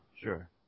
Sure